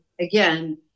again